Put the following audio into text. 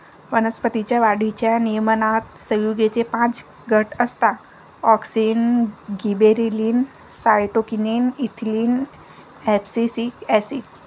वनस्पतीं च्या वाढीच्या नियमनात संयुगेचे पाच गट असतातः auxin, gibberellin, cytokinin, ethylene, abscisic acid